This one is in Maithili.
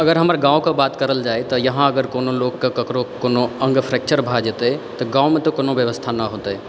अगर हमर गाँवके बात करल जाइ तऽ यहाँ कोनो लोकके ककरो कोनो अङ्ग फ्रैक्चर भऽ जेतै तऽ गाँवमे तऽ कोनो व्यवस्था नहि होतै